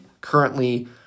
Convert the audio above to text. currently